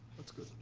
that's good.